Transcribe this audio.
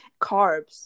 carbs